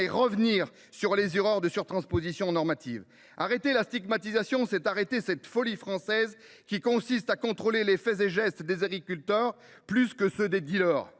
et revenir sur les erreurs de surtranspositions normatives. Arrêter la stigmatisation, c’est arrêter cette folie française qui consiste à contrôler les faits et gestes des agriculteurs plus que ceux des dealers